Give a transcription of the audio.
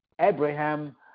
Abraham